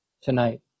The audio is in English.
tonight